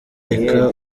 reka